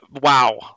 wow